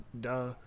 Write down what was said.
duh